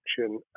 action